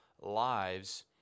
lives